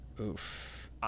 Oof